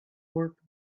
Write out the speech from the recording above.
work